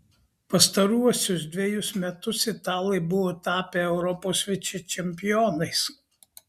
pastaruosius dvejus metus italai buvo tapę europos vicečempionais